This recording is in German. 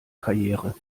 karriere